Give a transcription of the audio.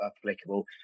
applicable